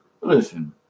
listen